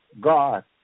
God